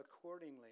accordingly